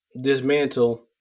dismantle